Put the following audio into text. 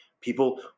people